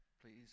please